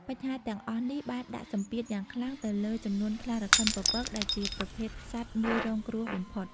បញ្ហាទាំងអស់នេះបានដាក់សម្ពាធយ៉ាងខ្លាំងទៅលើចំនួនខ្លារខិនពពក ដែលជាប្រភេទសត្វងាយរងគ្រោះបំផុត។